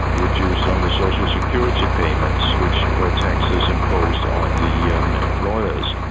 reduced on the social security payments, which were taxes imposed on the yeah um the employers,